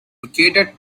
located